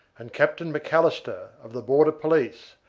and captain macalister, of the border police,